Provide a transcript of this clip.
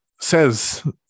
says